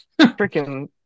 freaking